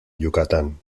yucatán